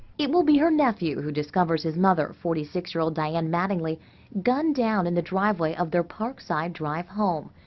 it will be her nephew who discovers his mother, forty six year old diane mattingly gunned down in the driveway of their park side drive home.